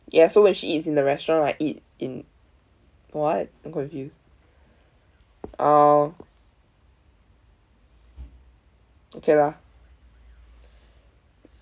ya so when she eats in the restaurant I eat in what I'm confused oh okay lah